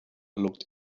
looked